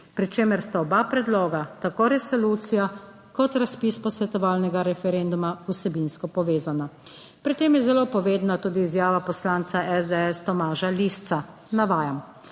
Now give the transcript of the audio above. pri čemer sta oba predloga, tako resolucija kot razpis posvetovalnega referenduma vsebinsko povezana. Pri tem je zelo povedna tudi izjava poslanca SDS Tomaža Lisca. Navajam: